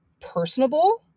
personable